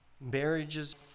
Marriages